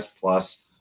plus